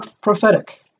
prophetic